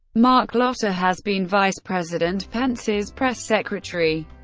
marc lotter has been vice president pence's press secretary.